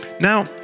Now